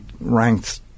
ranked